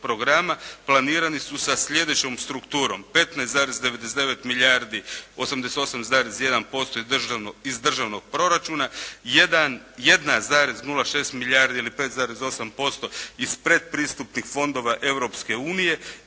planirani su sa sljedećom strukturom; 15,99 milijardi 88,1% iz Državnog proračuna. 1,06 milijardi ili 5,8% iz predpristupnih fondova Europske unije